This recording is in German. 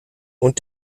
und